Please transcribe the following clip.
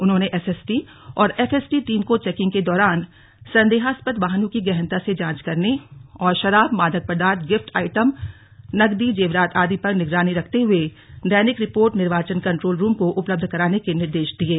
उन्होंने एसएसटी और FST team को चौकिंग के दौरान संदेहास्पद वाहनों की गहनता जांच करने और शराब मादक पदार्थ गिफ्ट आइटम नगदी जेवरात आदि पर निगरानी रखते हुए दैनिक रिपोर्ट निर्वाचन कन्ट्रोल रूम को उपलब्ध कराने के निर्देश दिये